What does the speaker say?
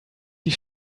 sie